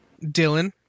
Dylan